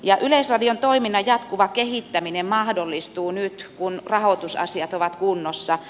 yleisradion toiminnan jatkuva kehittäminen mahdollistuu nyt kun rahoitusasiat ovat kunnossa